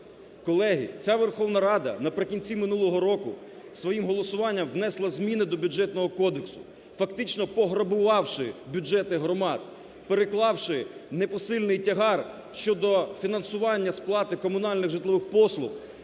Колеги, ця Верховна Рада наприкінці минулого року своїм голосування внесла зміни до Бюджетного кодексу фактично пограбувавши бюджети громад, переклавши непосильний тягар щодо фінансування сплати комунальних житлових послуг,